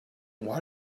why